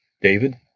David